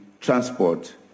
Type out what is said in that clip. transport